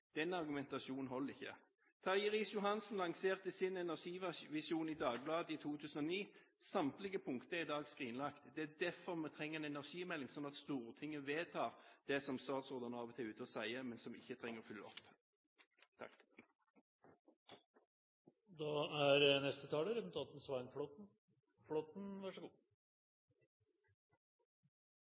Den argumentasjonen holder ikke. Terje Riis-Johansen lanserte sin energivisjon i Dagbladet i 2009. Samtlige punkter er i dag skrinlagt. Det er derfor vi trenger en energimelding – slik at Stortinget vedtar det som statsrådene alltid er ute og sier, men som de ikke trenger å følge opp.